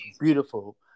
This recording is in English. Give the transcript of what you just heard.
beautiful